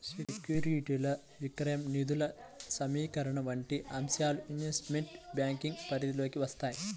సెక్యూరిటీల విక్రయం, నిధుల సమీకరణ వంటి అంశాలు ఇన్వెస్ట్మెంట్ బ్యాంకింగ్ పరిధిలోకి వత్తాయి